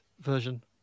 version